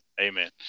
Amen